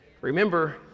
remember